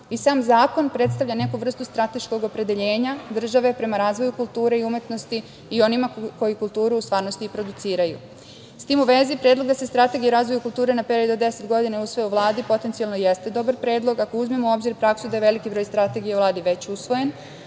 i sam zakon predstavlja neku vrstu strateškog opredeljenja države prema razvoju kulture i umetnosti i onima koji kulturu u stvarnosti i produciraju.S tim u vezi, predlog da se strategija razvoja kulture na period od 10 godina usvoji u Vladi potencijalno jeste dobar predlog, ako uzmemo u obzir praksu da je veliki broj strategija u Vladi već usvojen,